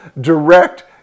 direct